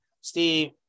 Steve